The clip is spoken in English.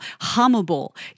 hummable